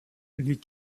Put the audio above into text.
les